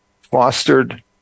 fostered